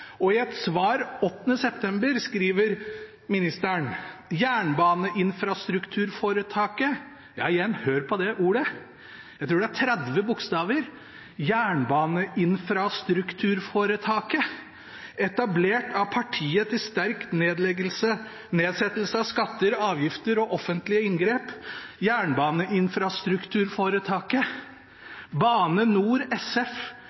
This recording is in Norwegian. og i et svar 8. september skriver ministeren: «Jernbaneinfrastrukturforetaket» – ja, igjen, hør på det ordet, jeg tror det er 30 bokstaver: jernbaneinfrastrukturforetaket, etablert av partiet til sterk nedsettelse av skatter, avgifter og offentlige inngrep – «Jernbaneinfrastrukturforetaket Bane NOR SF